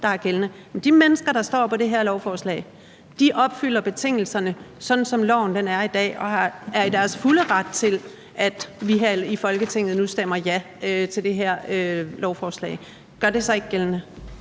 Men de mennesker, der står på det her lovforslag, opfylder betingelserne, sådan som loven er i dag, og er i deres fulde ret til at forvente, at vi her i Folketinget nu stemmer ja til det her lovforslag. Gør det sig ikke gældende?